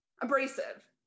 abrasive